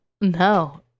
no